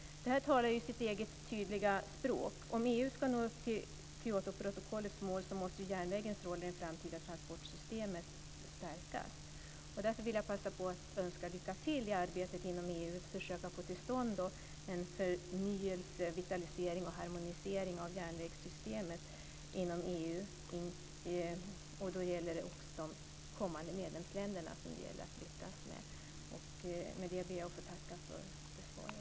Detta talar sitt tydliga språk. Om EU ska nå upp till Kyotoprotokollets mål måste järnvägens roll i det framtida transportsystemet stärkas. Därför vill jag passa på att önska lycka till i arbetet inom EU med att försöka få till stånd en förnyelse, vitalisering och harmonisering av järnvägssystemet inom EU. Det gäller också att lyckas med de kommande medlemsländerna. Med det ber jag att få tacka för det svar jag har fått.